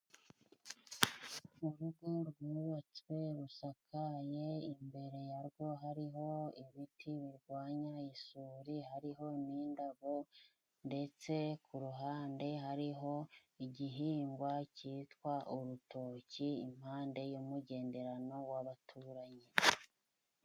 Urugo rwubatswe rusakaye, imbere yarwo hariho ibiti birwanya isuri hariho n'indabo. Ndetse ku ruhande hariho igihingwa cyitwa urutoki impande y'umugenderano w'abaturanyi.